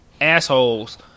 assholes